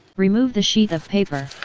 remove the sheath of paper.